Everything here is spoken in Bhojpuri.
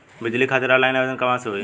बिजली खातिर ऑनलाइन आवेदन कहवा से होयी?